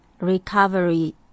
Recovery